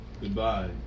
goodbye